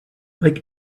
like